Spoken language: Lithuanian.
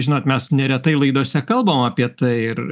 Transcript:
žinot mes neretai laidose kalbam apie tai ir